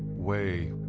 way,